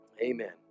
Amen